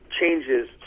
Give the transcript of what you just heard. changes